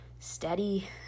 Steady